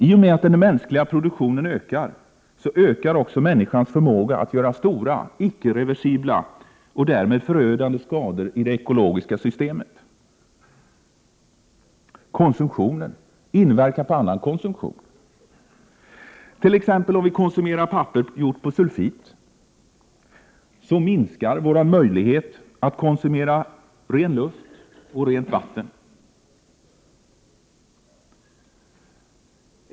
I och med att den mänskliga produktionen ökar, ökar också människans förmåga att göra stora, icke-reversibla, och därmed förödande, skador i det ekologiska systemet. Konsumtionen inverkar på annan konsumtion. Om vi t.ex. konsumerar papper gjort på sulfit, minskar vår möjlighet att konsumera ren luft och rent vatten.